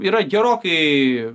yra gerokai